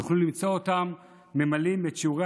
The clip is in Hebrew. תוכלו למצוא אותם ממלאים את שיעורי